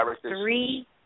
three